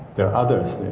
there are others.